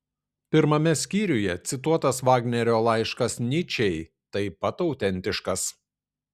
pirmame skyriuje cituotas vagnerio laiškas nyčei taip pat autentiškas